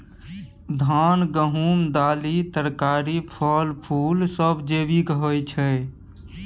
धान, गहूम, दालि, तरकारी, फल, फुल सब जैविक होई छै